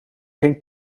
geen